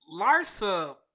Larsa